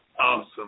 Awesome